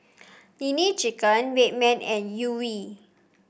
Nene Chicken Red Man and Yuri